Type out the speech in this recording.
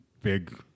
big